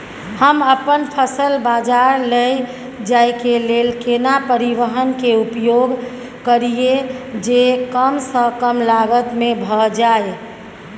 हम अपन फसल बाजार लैय जाय के लेल केना परिवहन के उपयोग करिये जे कम स कम लागत में भ जाय?